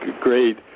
Great